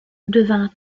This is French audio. devint